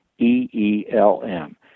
E-E-L-M